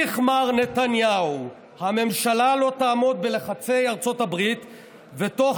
המשיך מר נתניהו: "הממשלה לא תעמוד בלחצי ארצות הברית ותוך